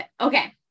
Okay